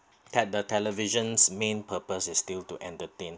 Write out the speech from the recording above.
that the television's main purpose is still to entertain